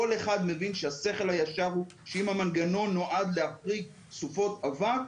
כל אחד מבין שהשכל הישר הוא שאם המנגנון נועד להחריג סופות אבק,